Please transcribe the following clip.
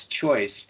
choice